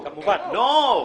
לא,